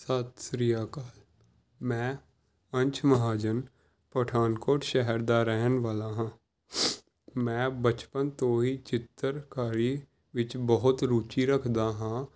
ਸਤਿ ਸ਼੍ਰੀ ਅਕਾਲ ਮੈਂ ਅੰਸ਼ ਮਹਾਜਨ ਪਠਾਨਕੋਟ ਸ਼ਹਿਰ ਦਾ ਰਹਿਣ ਵਾਲਾ ਹਾਂ ਮੈਂ ਬਚਪਨ ਤੋਂ ਹੀ ਚਿੱਤਰਕਾਰੀ ਵਿੱਚ ਬਹੁਤ ਰੁਚੀ ਰੱਖਦਾ ਹਾਂ